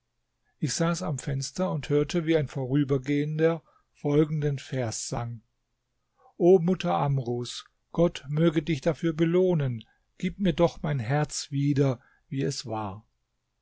ich saß am fenster und hörte wie ein vorrübergehender folgenden vers sang o mutter amrus gott möge dich dafür belohnen gib mir doch mein herz wieder wie es war